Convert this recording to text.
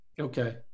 Okay